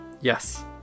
Yes